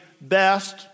best